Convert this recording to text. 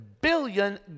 billion